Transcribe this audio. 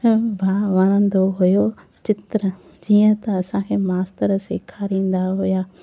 भा वणंदो हुयो चित्र जीअं त असांखे मास्तर सेखारींदा हुया